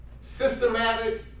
systematic